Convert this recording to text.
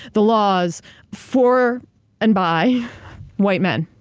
the laws for and by white men.